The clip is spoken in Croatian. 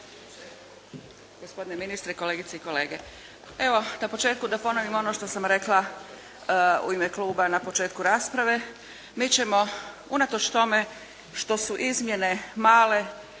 Gospodine ministre, kolegice i kolege. Evo na početku da ponovim ono što sam rekla u ime Kluba na početku rasprave. Mi ćemo unatoč tome što su izmjene male,